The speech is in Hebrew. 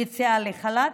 יציאה לחל"ת,